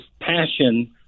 passion